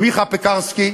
מיכה פיקרסקי,